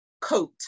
coat